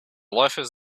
loafers